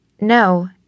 No